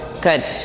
good